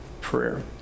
prayer